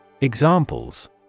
Examples